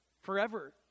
forever